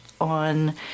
on